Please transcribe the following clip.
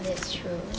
that's true